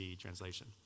translation